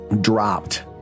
dropped